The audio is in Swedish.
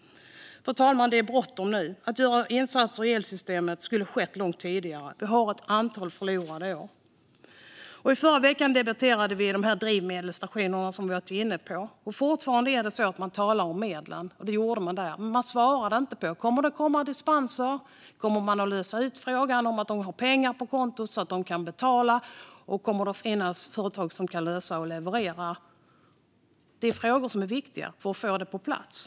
Fru talman! Det är bråttom nu. Man skulle ha gjort insatser i elsystemet långt tidigare. Vi har haft ett antal förlorade år. I förra veckan debatterade vi drivmedelsstationer, och fortfarande är det så att man talar om medlen. Man talar om det, men man svarar inte på om det kommer att komma dispenser. Kommer man att lösa ut frågan om pengar på kontot så att man kan betala? Och kommer det att finnas företag som kan lösa detta och leverera? Det är frågor som är viktiga för att få detta på plats.